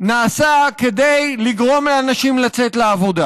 נעשה כדי לגרום לאנשים לצאת לעבודה.